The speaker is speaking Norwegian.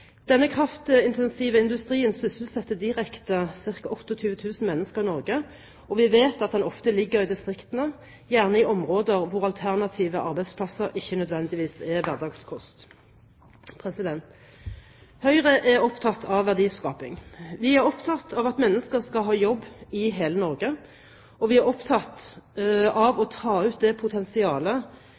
Denne kraftintensive industrien sysselsetter direkte ca. 28 000 mennesker i Norge, og vi vet at den ofte ligger i distriktene, gjerne i områder hvor alternative arbeidsplasser ikke nødvendigvis er hverdagskost. Høyre er opptatt av verdiskaping. Vi er opptatt av at mennesker skal ha jobb i hele Norge, og vi er opptatt av å ta ut det potensialet